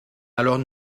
alors